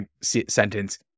sentence